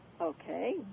Okay